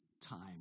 time